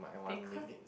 because